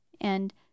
And